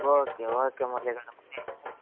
okay okay Murali గారు